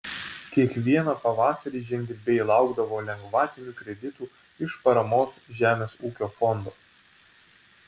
kiekvieną pavasarį žemdirbiai laukdavo lengvatinių kreditų iš paramos žemės ūkiui fondo